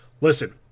Listen